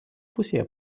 pusėje